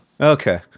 Okay